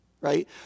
right